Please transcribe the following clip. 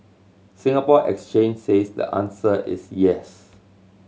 Singapore Exchange says the answer is yes